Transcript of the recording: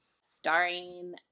starring